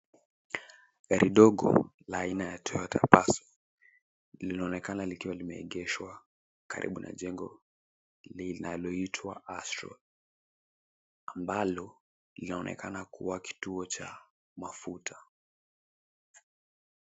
Gari dogo la aina ya Toyota Passo linaonekana likiwa limeegeshwa karibu na jengo linaloitwa ASTROL ambalo linaonekana kuwa kituo cha mafuta.